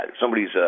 Somebody's